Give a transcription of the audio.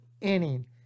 inning